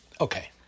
Okay